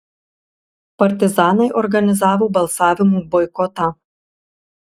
partizanai organizavo balsavimų boikotą